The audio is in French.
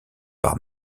par